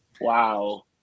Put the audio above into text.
Wow